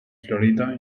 florida